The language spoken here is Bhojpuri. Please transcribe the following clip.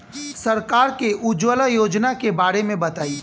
सरकार के उज्जवला योजना के बारे में बताईं?